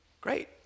Great